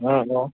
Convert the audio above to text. hello